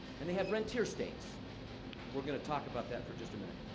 and they have rentier states. and we're gonna talk about that for just a minute.